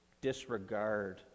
disregard